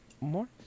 More